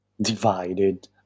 divided